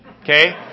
Okay